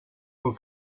who